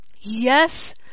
Yes